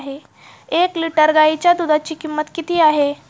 एक लिटर गाईच्या दुधाची किंमत किती आहे?